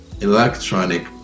electronic